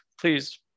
please